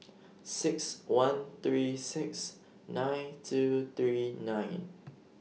six one three six nine two three nine